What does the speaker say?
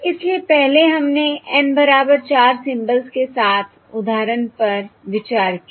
इसलिए पहले हमने N बराबर 4 सिम्बल्स के साथ उदाहरण पर विचार किया